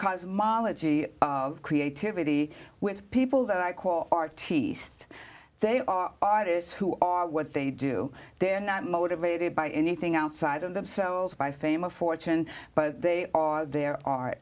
cosmologist of creativity with people that i call our teeth they are artists who are what they do they're not motivated by anything outside of themselves by fame of fortune but they on their ar